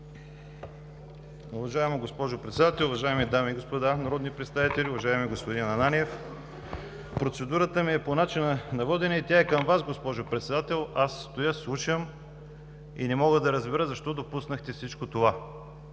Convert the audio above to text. Уважаема госпожо Председател, уважаеми дами и господа народни представители, уважаеми господин Ананиев! Процедурата ми е по начина на водене и тя е към Вас, госпожо Председател. Стоя, слушам и не мога да разбера защо допуснахте всичко това.